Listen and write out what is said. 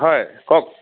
হয় কওঁক